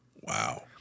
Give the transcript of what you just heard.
Wow